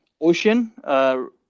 ocean